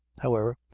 however,